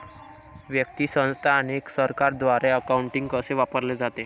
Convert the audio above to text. व्यक्ती, संस्था आणि सरकारद्वारे अकाउंटिंग कसे वापरले जाते